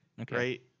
okay